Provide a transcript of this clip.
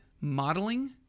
modeling